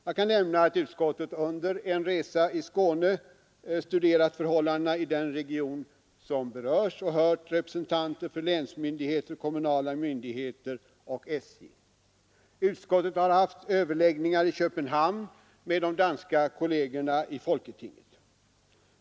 Jag kan nämna att utskottet under en resa i Skåne studerat förhållandena i den region som berörs och hört representanter för länsmyndigheter, kommunala myndigheter och SJ. Utskottet har haft överläggningar i Köpenhamn med kollegerna i folketinget.